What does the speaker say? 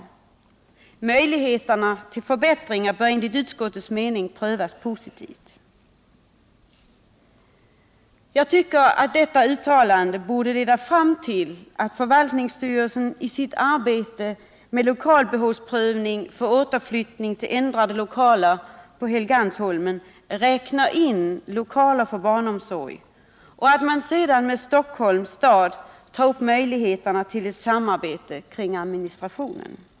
Möjligheterna till förbättringar bör enligt utskottets mening prövas positivt.” Jag tycker att detta uttalande borde leda fram till att förvaltningsstyrelsen i sitt arbete med lokalbehovsprövning för återflyttning till ändrade lokaler på Helgeandsholmen räknar in lokaler för barnomsorg och att man sedan med Stockholms stad tar upp möjligheterna till ett samarbete kring administrationen.